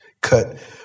cut